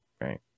Right